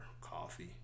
coffee